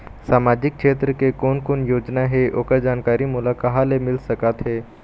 सामाजिक क्षेत्र के कोन कोन योजना हे ओकर जानकारी मोला कहा ले मिल सका थे?